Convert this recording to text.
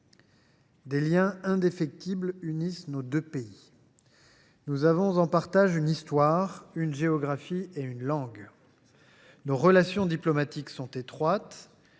Des liens indéfectibles unissent nos deux pays. Nous avons en partage une histoire, une géographie et une langue. Nos relations diplomatiques sont étroites